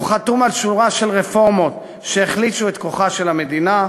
הוא חתום על שורה של רפורמות שהחלישו את כוחה של המדינה.